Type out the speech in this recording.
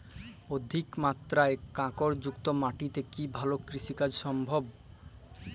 অধিকমাত্রায় কাঁকরযুক্ত মাটিতে কি ভালো কৃষিকাজ সম্ভব?